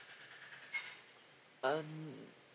um